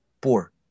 poor